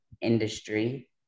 industry